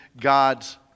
God's